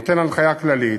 אני נותן הנחיה כללית,